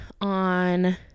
on